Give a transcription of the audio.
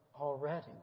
already